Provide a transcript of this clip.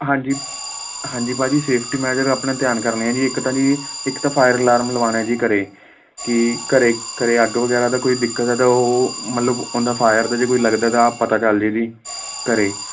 ਹਾਂਜੀ ਹਾਂਜੀ ਭਾਅ ਜੀ ਸੇਫਟੀ ਮੈਜ਼ਰ ਆਪਣੇ ਧਿਆਨ ਕਰਨੀ ਹੈ ਜੀ ਇੱਕ ਤਾਂ ਜੀ ਇੱਕ ਤਾਂ ਫਾਇਰ ਅਲਾਰਮ ਲਵਾਉਣਾ ਜੀ ਘਰੇ ਕੀ ਘਰੇ ਘਰੇ ਅੱਗ ਵਗੈਰਾ ਦਾ ਕੋਈ ਦਿੱਕਤ ਆ ਤਾਂ ਉਹ ਮਤਲਬ ਉਹਦਾ ਫਾਇਰ ਦਾ ਜੇ ਕੋਈ ਲੱਗਦਾ ਤਾਂ ਪਤਾ ਚੱਲ ਜਾਏ ਜੀ ਘਰੇ